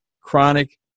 chronic